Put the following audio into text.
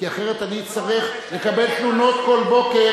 כי אחרת אני אצטרך לקבל תלונות כל בוקר